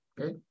Okay